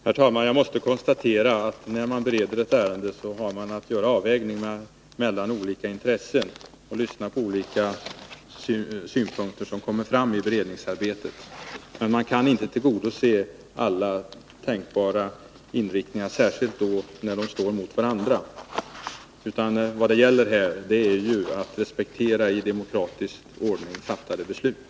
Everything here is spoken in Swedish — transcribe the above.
Herr talman! Jag måste konstatera att man, när man bereder ett ärende, har att göra avvägningar mellan olika intressen och lyssna till olika synpunkter som kommer fram i beredningsarbetet. Men man kan inte tillgodose alla tänkbara inriktningar — särskilt när de står mot varandra. Vad det här gäller är att respektera i demokratisk ordning fattade beslut.